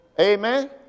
Amen